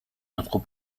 notre